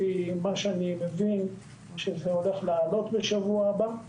לפי מה שאני מבין זה הולך לעלות בשבוע הבא,